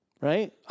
Right